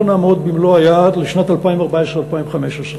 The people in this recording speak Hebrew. לא נעמוד במלוא היעד לשנים 2014 2015,